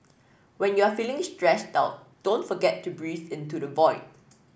when you are feeling stressed out don't forget to breathe into the void